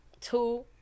Two